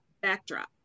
backdrop